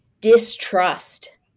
distrust